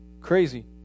crazy